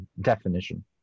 definition